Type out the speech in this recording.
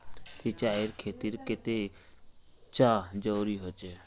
सिंचाईर खेतिर केते चाँह जरुरी होचे?